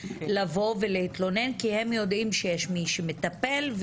לבוא להתלונן כי הם יודעים שיש מי שמטפל,